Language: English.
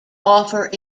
offer